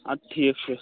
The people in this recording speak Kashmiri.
اَدٕ ٹھیٖک چھُ